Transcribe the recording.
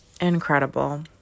Incredible